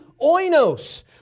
oinos